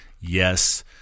Yes